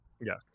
Yes